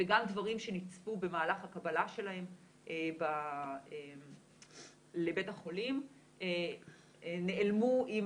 וגם דברים שנצפו במהלך הקבלה שלהם לבית החולים נעלמו עם